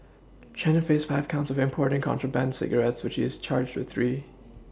Chen faced five counts of importing contraband cigarettes which he was charged with three